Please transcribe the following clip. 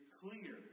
clear